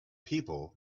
people